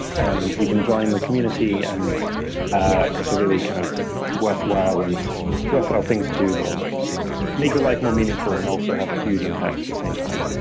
and you can join the community, and ah it's a really kind of worthwhile and worthwhile thing to do that will make your life more meaningful and also have a huge impact at the same time.